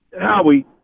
Howie